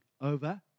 over